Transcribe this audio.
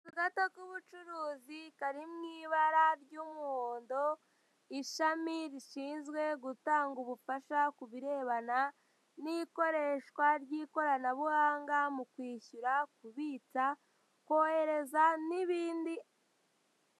Akazu gato k'ubucuruzi kari mu ibara ry'umuhondo, ishami rishinzwe gutanga ubufasha kubirebana n'ikoreshwa ry'ikoranabuhanga mu kwishyura, kubitsa, kohereza n'ibindi.